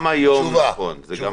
גם היום נכון.